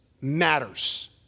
matters